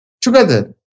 together